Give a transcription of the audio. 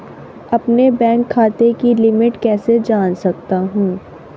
अपने बैंक खाते की लिमिट कैसे जान सकता हूं?